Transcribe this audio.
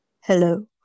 hello